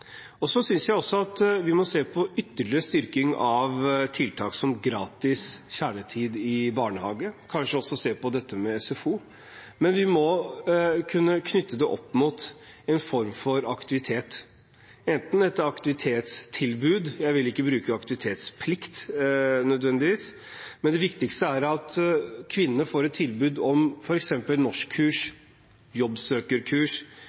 Jeg synes også at vi må se på ytterligere styrking av tiltak som gratis kjernetid i barnehage, og kanskje også se på SFO. Men vi må kunne knytte det opp mot en form for aktivitet, et aktivitetstilbud – jeg vil ikke bruke ordet «aktivitetsplikt» nødvendigvis. Det viktigste er at kvinnene får et tilbud om f.eks. norskkurs, jobbsøkerkurs